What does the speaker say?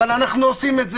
אבל אנחנו עושים את זה,